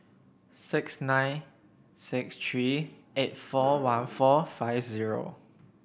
six nine six three eight four one four five zero